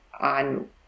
on